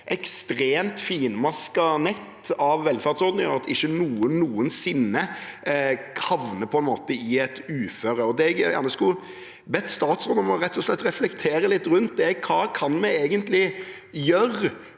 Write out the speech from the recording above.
ekstremt finmasket nett av velferdsordninger at ikke noen noensinne havner i et uføre. Det jeg gjerne skulle bedt statsråden om rett og slett å reflektere litt rundt, er hva vi egentlig